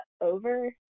over